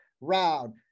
round